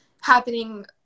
happening